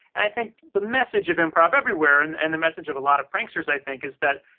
and i think the message of improv everywhere and and the message of a lot of pranksters, i think, is that,